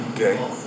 Okay